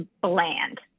bland